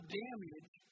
damage